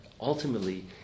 ultimately